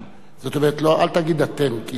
אל תגיד "אתם" זה עניין של הרגל,